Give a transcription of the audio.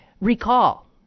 Recall